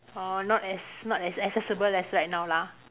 orh not as not as accessible as right now lah